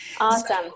Awesome